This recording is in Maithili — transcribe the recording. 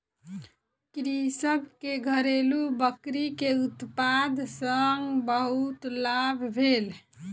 कृषक के घरेलु बकरी के उत्पाद सॅ बहुत लाभ भेल